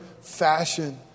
fashion